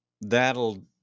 That'll